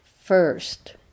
first